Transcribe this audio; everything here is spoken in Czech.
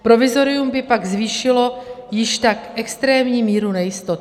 Provizorium by pak zvýšilo již tak extrémní míru nejistoty.